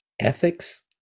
ethics